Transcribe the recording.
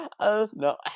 no